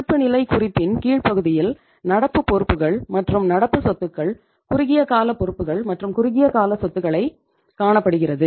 இருப்புநிலை குறிப்பின் கீழ்ப்பகுதியில் நடப்பு பொறுப்புகள் மற்றும் நடப்பு சொத்துக்கள் குறுகிய கால பொறுப்புகள் மற்றும் குறுகிய கால சொத்துக்களை காணப்படுகிறது